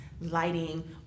lighting